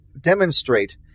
demonstrate